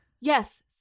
Yes